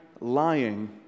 lying